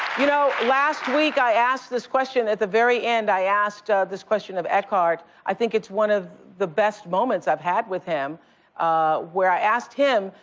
you know, last week i asked this question, at the very end, i asked this question of eckhart. i think it's one of the best moments i've had with him where i've asked him,